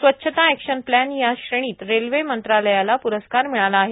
स्वच्छता action plan या श्रेणीत रेल्वे मंत्रालयाला पुरस्कार मिळाला आहे